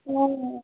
হয় হয়